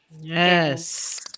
Yes